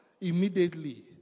immediately